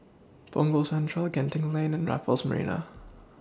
Punggol Central Genting Lane and Raffles Marina